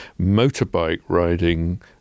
motorbike-riding